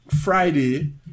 Friday